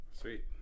Sweet